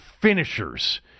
finishers